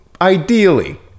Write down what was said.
ideally